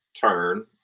turn